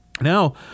Now